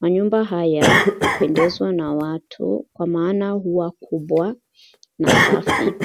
Manyumba haya upendeshwa na watu, kwa maana huwa kubwa na safi.